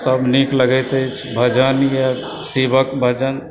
सब नीक लगैत अछि भजन यऽ शिवक भजन